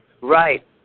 Right